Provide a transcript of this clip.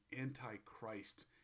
anti-Christ